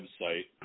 website